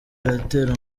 atera